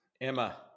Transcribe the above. Emma